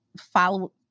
follow